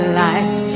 life